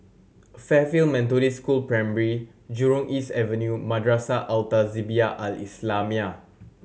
Fairfield Methodist School Primary Jurong East Avenue Madrasah Al Tahzibiah Al Islamiah